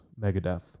Megadeth